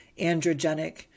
androgenic